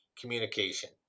communication